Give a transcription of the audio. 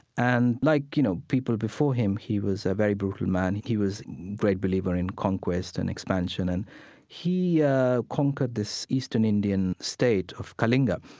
and like, you know, people before him, he was a very brutal man. he was a great believer in conquest and expansion. and he yeah conquered this eastern indian state of kalinga.